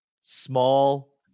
small